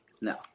no